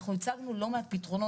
אנחנו הצגנו לא מעט פתרונות,